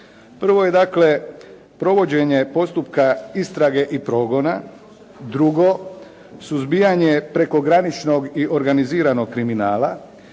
Prvo je dakle provođenje postupka istrage i progona. Drugo, suzbijanje prekograničnog i organiziranog kriminala.